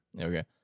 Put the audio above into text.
Okay